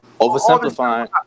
Oversimplifying